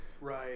Right